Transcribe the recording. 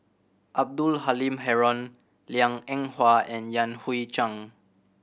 Abdul Halim Haron Liang Eng Hwa and Yan Hui Chang